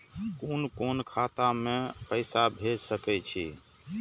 कुन कोण खाता में पैसा भेज सके छी?